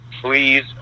please